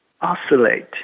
oscillate